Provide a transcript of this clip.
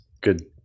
Good